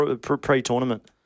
pre-tournament